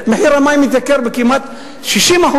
המים התייקרו בכמעט 60%,